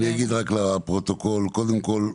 כן.